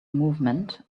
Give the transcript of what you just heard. movement